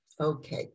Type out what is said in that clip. Okay